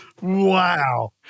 Wow